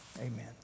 amen